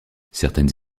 certaines